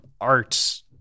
art